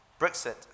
Brexit